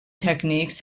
techniques